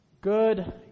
Good